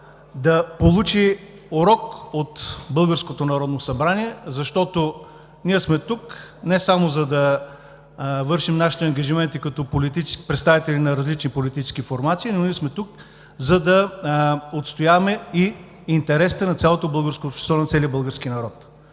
Народно събрание, защото ние сме тук, не само за да вършим нашите ангажименти като представители на различни политически формации, но сме тук, за да отстояваме интересите на цялото българско общество, на целия български народ.